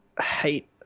hate